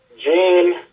Jean